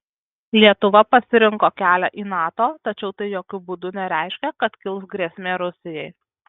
lietuva pasirinko kelią į nato tačiau tai jokiu būdu nereiškia kad kils grėsmė rusijai